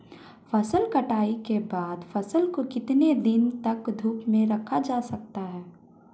फसल कटाई के बाद फ़सल को कितने दिन तक धूप में रखा जाता है?